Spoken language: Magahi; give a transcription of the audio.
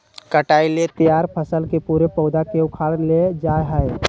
कटाई ले तैयार फसल के पूरे पौधा से उखाड़ लेल जाय हइ